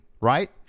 right